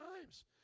times